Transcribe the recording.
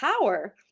power